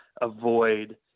avoid